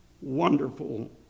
wonderful